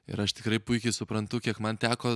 ir aš tikrai puikiai suprantu kiek man teko